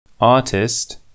Artist